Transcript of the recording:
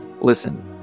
listen